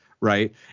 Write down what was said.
right